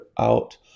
out